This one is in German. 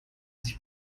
sich